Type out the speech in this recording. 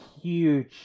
huge